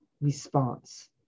response